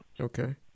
Okay